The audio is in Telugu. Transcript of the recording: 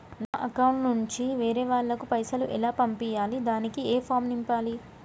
నా అకౌంట్ నుంచి వేరే వాళ్ళకు పైసలు ఎలా పంపియ్యాలి దానికి ఏ ఫామ్ నింపాలి?